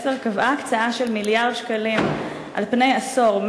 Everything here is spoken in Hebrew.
קבעה הקצאה של מיליארד שקלים על פני עשור,